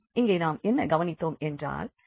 இங்கே நாம் என்ன கவனித்தோம் என்றால் uxxuyy0